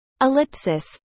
Ellipsis